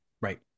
Right